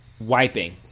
wiping